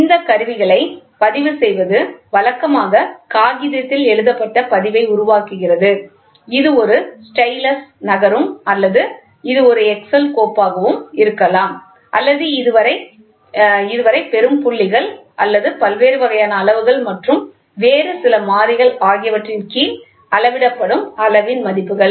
இந்த கருவிகளைப் பதிவு செய்வது வழக்கமாக காகிதத்தில் எழுதப்பட்ட பதிவை உருவாக்குகிறது இது ஒரு ஸ்டைலஸ் நகரும் அல்லது அது ஒரு எக்செல் கோப்பாக இருக்கலாம் அல்லது இது வரை பெறும் புள்ளிகள் அல்லது பல்வேறு வகையான அளவுகள் மற்றும் வேறு சில மாறிகள் ஆகியவற்றின் கீழ் அளவிடப்படும் அளவின் மதிப்புகள்